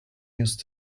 use